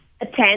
attend